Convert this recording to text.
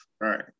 right